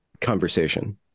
conversation